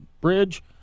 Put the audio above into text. Bridge